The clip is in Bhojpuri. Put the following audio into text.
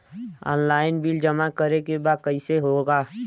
ऑनलाइन बिल जमा करे के बा कईसे होगा?